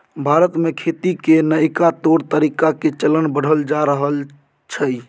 भारत में खेती के नइका तौर तरीका के चलन बढ़ल जा रहल छइ